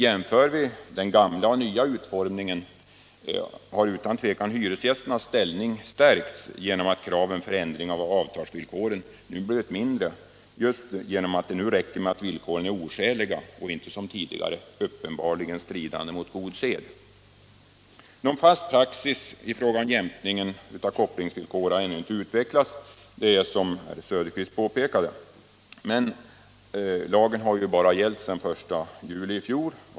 Jämför vi den gamla och den nya utformningen har utan tvivel hyresgästernas ställning stärkts genom att kraven för ändring av avtalsvillkoren blivit mindre i och med att det nu räcker att villkoren är oskäliga; tidigare gällde att de uppenbarligen skulle strida mot god sed. Någon fast praxis i fråga om jämkning av kopplingsvillkor har, som herr Söderqvist påpekade, ännu inte utvecklats; lagen har ju endast gällt sedan den 1 juli i fjol.